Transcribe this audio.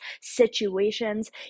situations